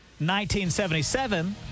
1977